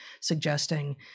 suggesting